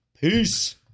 Peace